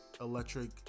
electric